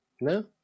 no